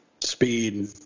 Speed